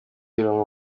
irungu